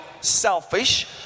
selfish